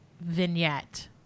vignette